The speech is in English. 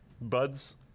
buds